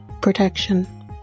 protection